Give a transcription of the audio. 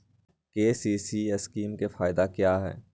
KCC scheme का फायदा क्या है?